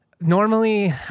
Normally